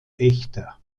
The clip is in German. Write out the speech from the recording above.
echter